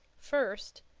first,